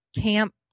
camp